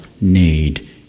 need